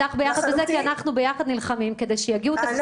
כי אנחנו נלחמים ביחד כדי שיגיעו תקציבים.